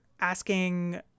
asking